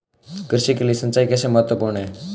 कृषि के लिए सिंचाई कैसे महत्वपूर्ण है?